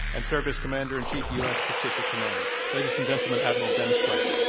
and served as commander in chief, u. s. pacific command. ladies and gentlemen, adm. dennis blair.